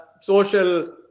social